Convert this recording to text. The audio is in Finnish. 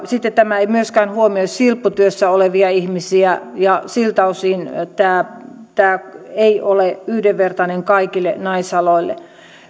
sitten tämä ei myöskään huomioi silpputyössä olevia ihmisiä ja siltä osin tämä tämä ei ole yhdenvertainen kaikille naisaloille